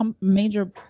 major